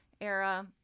era